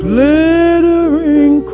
Glittering